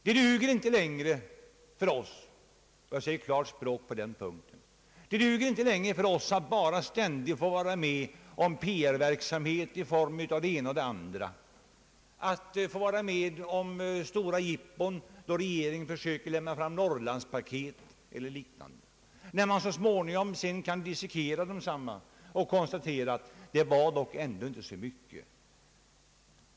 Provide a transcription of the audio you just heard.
Det duger inte längre — och jag talar klarspråk på den punkten — att ständigt få vara med om PR-verksamhet och stora jippon, då regeringen lägger fram Norrlandspaket och liknande och man så småningom kan dissekera dem och konstatera att det var ändå inte så mycket.